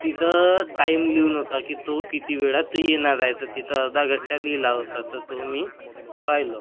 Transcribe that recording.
तिथं टाईम लिहून होता की तो किती वेळात येणार आहे तर तिथं अर्धा घंटा लिहिला होता तर तो मी पाहिलो